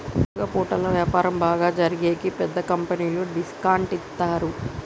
పండుగ పూటలలో వ్యాపారం బాగా జరిగేకి పెద్ద కంపెనీలు డిస్కౌంట్ ఇత్తారు